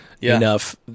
enough